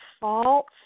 false